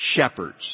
shepherds